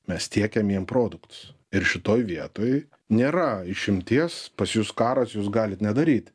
mes tiekiam jiem produktus ir šitoj vietoj nėra išimties pas jus karas jūs galit nedaryti